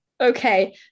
Okay